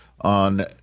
on